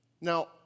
Now